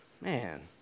Man